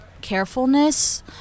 carefulness